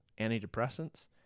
antidepressants